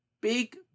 big